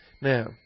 Now